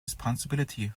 responsibility